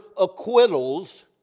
acquittals